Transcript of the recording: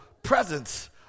presence